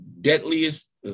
deadliest